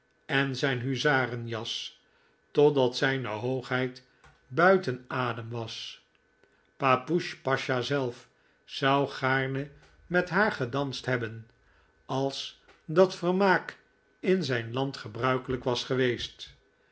en zijn huzaren jas totdat zijne hoogheid buiten adem was papoosh pasja zelf zou gaarne met haar gedanst hebben als dat vermaak in zijn land gebruikelijk was geweest